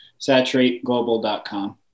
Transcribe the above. saturateglobal.com